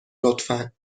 لطفا